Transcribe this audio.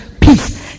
peace